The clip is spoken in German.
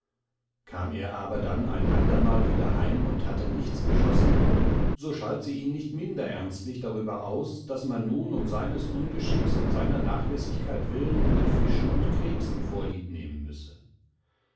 kam er aber dann ein andermal wieder heim und hatte nichts geschossen so schalt sie ihn nicht minder ernstlich darüber aus daß man nun um seines ungeschicks und seiner nachlässigkeit willen mit fischen und krebsen vorliebnehmen müsse